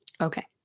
Okay